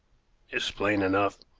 it's plain enough.